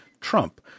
Trump